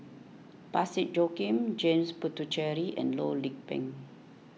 Parsick Joaquim James Puthucheary and Loh Lik Peng